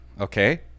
okay